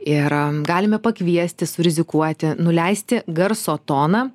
ir galime pakviesti surizikuoti nuleisti garso toną